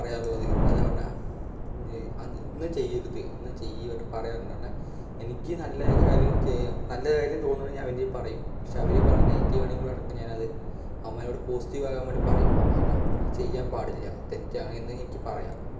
പറയാറുള്ളത് അത് എന്ന് പറഞ്ഞാൽ അ ഇന്നത് ചെയ്യരുത് ഇന്നത് ചെയ്യർ പറയാറുണ്ട് എന്നാൽ എനിക്ക് നല്ല കാര്യം ചെയ്യാം നല്ല കാര്യം തോന്നുവാണെങ്കിൽ ഞാൻ അവന്റെ പറയും പക്ഷെ അവര് പറയണത് നെഗറ്റിവാണെങ്കിൽ അപ്പോഴത് അവന്മാരോട് പോസിറ്റീവാകാൻ വേണ്ടി പറയും എന്താണ് അത് ചെയ്യാൻ പാടില്ല തെറ്റാണ് എന്നെനിക്ക് പറയാം